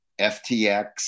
FTX